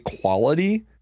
quality